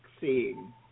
seeing